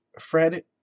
Fred